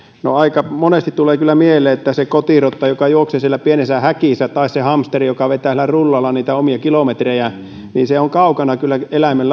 no aika monesti tulee kyllä mieleen että se kotirotta joka juoksee siellä pienessä häkissä tai se hamsteri joka vetää sillä rullalla niitä omia kilometrejään on kyllä kaukana eläimen